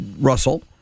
Russell